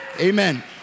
Amen